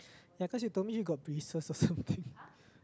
ya cause you told me you got braces or something